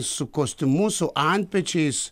su kostiumu su antpečiais